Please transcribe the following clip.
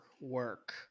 work